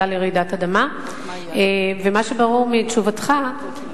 בגלל הפערים בגובה אי-אפשר לעשות את הכניסה באותו מקום.